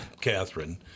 Catherine